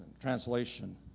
translation